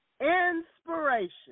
Inspiration